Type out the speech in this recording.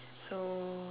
so